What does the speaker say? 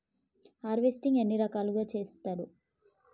Harvesting ఎన్ని రకాలుగా చేస్తరు?